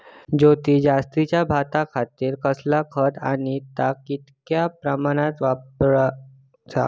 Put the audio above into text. ज्योती जातीच्या भाताखातीर कसला खत आणि ता कितक्या प्रमाणात वापराचा?